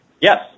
Yes